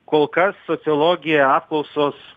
kol kas sociologija apklausos